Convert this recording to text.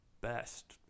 best